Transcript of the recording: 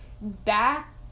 back